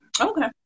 okay